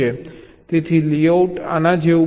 તેથી લેઆઉટ આના જેવું બને છે